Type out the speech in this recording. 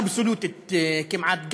אבסולוטית כמעט,